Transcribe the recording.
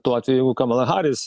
tuo atveju jeigu kamala haris